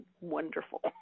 wonderful